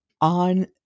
on